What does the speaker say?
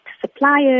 suppliers